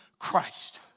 Christ